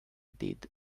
did